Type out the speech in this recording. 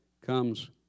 comes